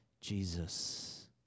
jesus